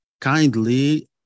Kindly